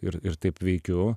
ir ir taip veikiu